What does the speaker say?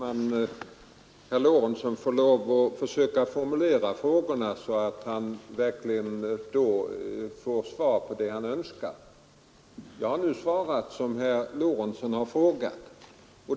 Herr talman! Herr Lorentzon bör försöka formulera frågorna så att han verkligen får svar på det han önskar. Jag har svarat på den fråga herr Lorentzon har ställt.